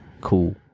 cool